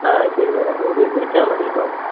ആ അത് ചെയ്ത് തരാം വിളിച്ചാൽ മതി കേട്ടോ